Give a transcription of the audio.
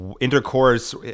intercourse